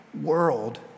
world